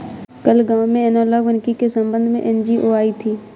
कल गांव में एनालॉग वानिकी के संबंध में एन.जी.ओ आई थी